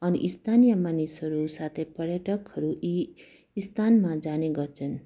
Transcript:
अनि स्थानीय मानिसहरू साथै पर्यटकहरू यी स्थानमा जाने गर्छन्